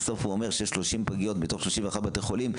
בסוף הוא אומר שיש 30 פגיות ב-31 בתי חולים,